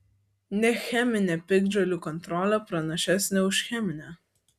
necheminė piktžolių kontrolė pranašesnė už cheminę